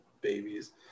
babies